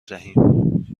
دهیم